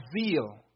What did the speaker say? zeal